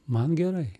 man gerai